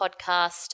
podcast